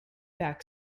back